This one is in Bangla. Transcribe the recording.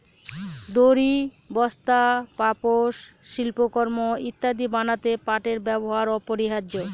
দড়ি, বস্তা, পাপোষ, শিল্পকর্ম ইত্যাদি বানাতে পাটের ব্যবহার অপরিহার্য